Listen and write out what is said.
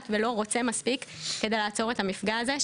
ולא רוצה מספיק כדי לעצור את המפגע הזה.